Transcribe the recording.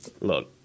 Look